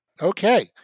Okay